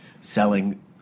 selling